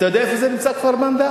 אתה יודע איפה זה נמצא, כפר-מנדא?